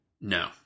No